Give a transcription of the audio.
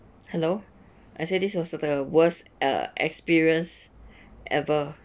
hello I said this was the worst uh experience ever